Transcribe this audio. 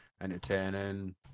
entertaining